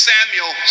Samuel